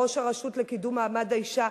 ראש הרשות לקידום מעמד האשה,